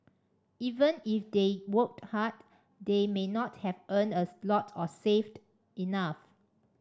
even if they worked hard they may not have earned a lot or saved enough